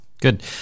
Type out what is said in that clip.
good